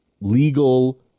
legal